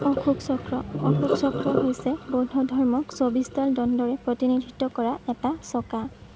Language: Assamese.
অশোক চক্ৰ অশোক চক্ৰ হৈছে বৌদ্ধধৰ্মক চৌব্বিছডাল দণ্ডৰে প্ৰতিনিধিত্ব কৰা এটা চকা